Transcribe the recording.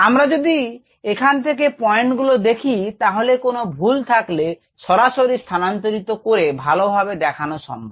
আমরা যদি এখান থেকে পয়েন্ট গুলো দেখি তাহলে কোন ভুল থাকলে সরাসরি স্থানান্তরিত করে ভালোভাবে দেখানো সম্ভব